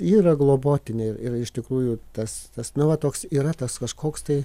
ji yra globotinė ir iš tikrųjų tas tas nu va toks yra tas kažkoks tai